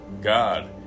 God